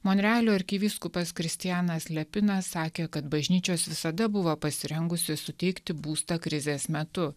monrealio archivyskupas kristianas lepina sakė kad bažnyčios visada buvo pasirengusios suteikti būstą krizės metu